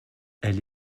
elle